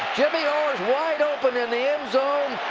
jimmy orr's wide open in the end zone!